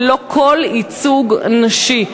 ללא כל ייצוג נשי.